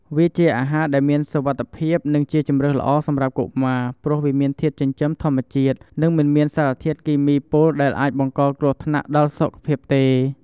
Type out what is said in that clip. វាជាអាហារដែលមានសុវត្ថិភាព និងជាជម្រើសល្អសម្រាប់កុមារ ព្រោះវាមានធាតុចិញ្ចឹមធម្មជាតិ និងមិនមានសារធាតុគីមីពុលដែលអាចបង្កគ្រោះថ្នាក់ដល់សុខភាពទេ។